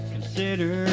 Consider